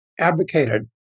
advocated